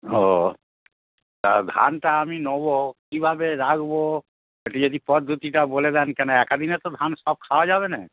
ও তা ধানটা আমি নেব কীভাবে রাখব একটু যদি পদ্ধতিটা বলে দেন কেন এক দিনে তো ধান সব খাওয়া যাবে না